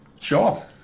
sure